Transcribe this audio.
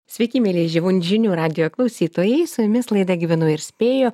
sveiki mieli žyvių žinių radijo klausytojai su jumis laida gyvenu ir spėju